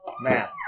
math